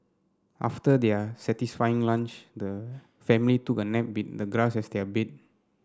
after their satisfying lunch the family took a nap with the grass as their bed